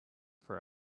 for